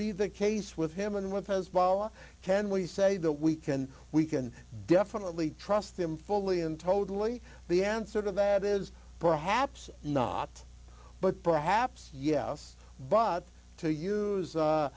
be the case with him and with hezbollah can we say that we can we can definitely trust them fully and totally the answer to that is perhaps not but perhaps yes but to use a